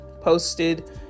posted